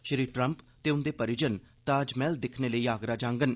Shri Trump ते उंदे परिजन ताज महल दिक्खने लेई आगरा जांगन